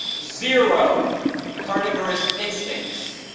zero carnivorous instincts.